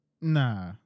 nah